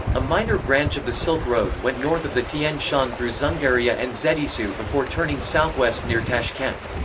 a minor branch of the silk road went north of the tian shan through dzungaria and zhetysu before turning southwest near tashkent.